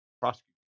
prosecute